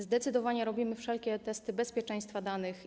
Zdecydowanie robimy wszelkie testy bezpieczeństwa danych.